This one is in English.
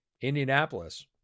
indianapolis